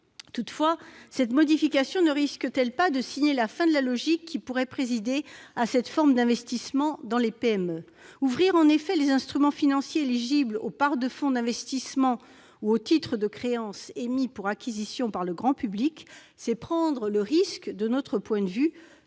Toutefois, cette modification ne risque-t-elle pas de signer la fin de la logique présidant à une telle forme d'investissement dans les PME ? En effet, ouvrir les instruments financiers éligibles aux parts de fonds d'investissement ou aux titres de créance émis pour acquisition par le grand public, c'est prendre le risque, de notre point de vue,